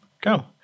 go